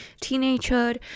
teenagehood